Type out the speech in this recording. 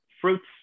fruits